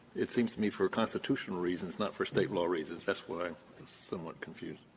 it seems to me for constitutional reasons, not for state law reasons, that's where i'm somewhat confused.